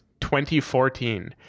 2014